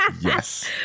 yes